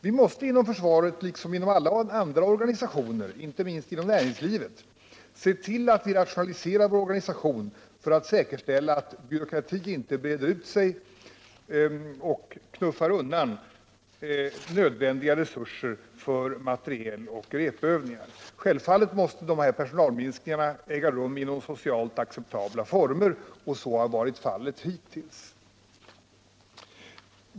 Vi måste inom försvaret liksom inom andra organisationer, inte minst inom näringslivet, se till att vi rationaliserar vår organisation för att säkerställa att byråkrati inte breder ut sig och knuffar undan nödvändiga resurser för materiel och repövningar. Självfallet måste de här minskningarna äga rum inom socialt acceptabla former, och så har varit fallet hittills.